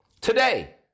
today